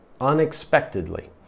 unexpectedly